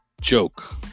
joke